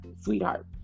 sweetheart